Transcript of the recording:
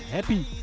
Happy